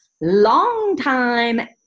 long-time